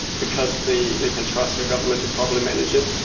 because they they can trust their government to probably manage it,